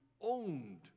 owned